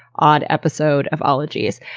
odd episode of ologies.